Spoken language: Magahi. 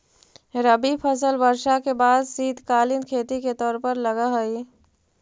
रबी फसल वर्षा के बाद शीतकालीन खेती के तौर पर लगऽ हइ